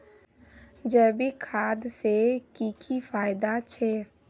जैविक खाद से की की फायदा छे?